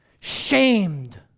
shamed